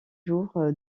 jour